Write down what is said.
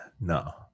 no